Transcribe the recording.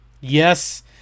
Yes